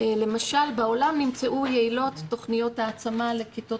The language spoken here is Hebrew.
למשל בעולם נמצאו יעילות תכניות העצמה לכיתות